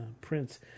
Prince